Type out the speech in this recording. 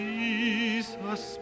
Jesus